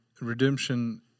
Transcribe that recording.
redemption